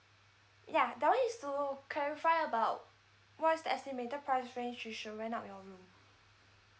ya that one is to clarify about what is the estimated price range you should rent out your room